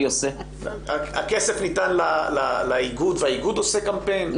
הכסף ניתן לאיגוד והאיגוד עושה קמפיין?